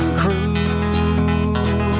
crew